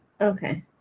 Okay